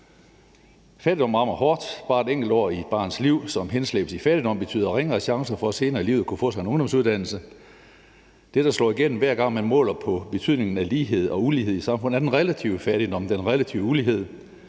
Fattigdom rammer hårdt. Bare et enkelt år i et barns liv, som henslæbes i fattigdom, betyder ringere chancer for senere i livet at kunne få sig en ungdomsuddannelse. Det, der slår igennem, hver gang man måler på betydningen af lighed og ulighed i samfundet, er den relative fattigdom, den relative ulighed,